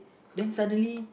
then suddenly